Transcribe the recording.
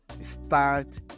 start